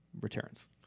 returns